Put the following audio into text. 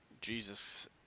Jesus